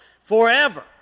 forever